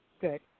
Good